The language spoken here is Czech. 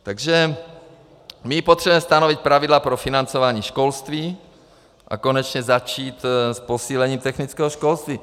Takže my potřebujeme stanovit pravidla pro financování školství a konečně začít s posílením technického školství.